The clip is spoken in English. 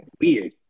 weird